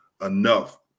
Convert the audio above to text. enough